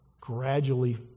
gradually